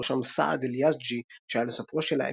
ובראשם סעד אל-יאזג'י שהיה לסופרו של